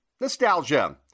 nostalgia